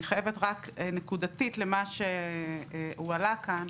אני חייבת רק נקודתית למה שהועלה כאן.